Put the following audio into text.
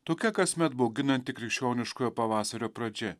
tokia kasmet bauginanti krikščioniškojo pavasario pradžia